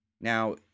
Now